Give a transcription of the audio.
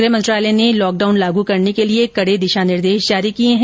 गृह मंत्रालय ने लॉकडाउन लागू करने के लिए कड़े दिशा निर्देश जारी किए है